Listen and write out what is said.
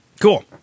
Cool